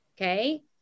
okay